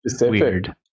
weird